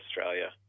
Australia